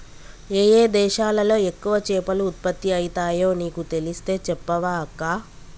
ఏయే దేశాలలో ఎక్కువ చేపలు ఉత్పత్తి అయితాయో నీకు తెలిస్తే చెప్పవ అక్కా